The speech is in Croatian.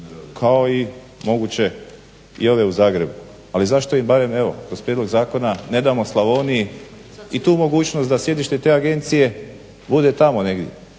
kao i moguće i ove u Zagrebu ali zašto im barem evo kroz prijedlog zakona ne damo Slavoniji i tu mogućnost da sjedište te agencije bude tamo negdje